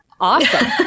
awesome